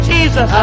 Jesus